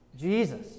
Jesus